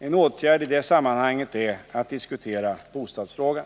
En åtgärd i det sammanhanget är att diskutera bostadsfrågan.